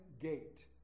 gate